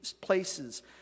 places